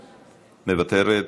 מוותרת,